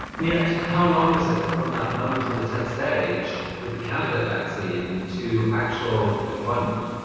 yet, how long was it from that moment on the ted stage with the candidate vaccine to actual deployment?